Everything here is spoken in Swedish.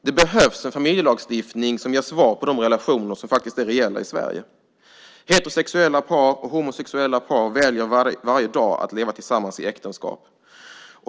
Det behövs en familjelagstiftning som motsvarar de relationer som faktiskt är reella i Sverige. Heterosexuella par och homosexuella par väljer varje dag att leva tillsammans i äktenskap.